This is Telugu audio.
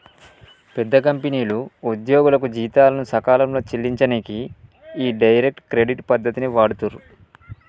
పెద్ద కంపెనీలు ఉద్యోగులకు జీతాలను సకాలంలో చెల్లించనీకి ఈ డైరెక్ట్ క్రెడిట్ పద్ధతిని వాడుతుర్రు